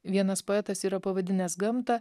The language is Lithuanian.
vienas poetas yra pavadinęs gamtą